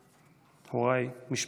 הוריי, משפחה.